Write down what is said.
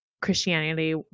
Christianity